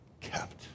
kept